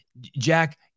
Jack